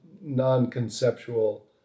non-conceptual